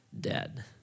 dead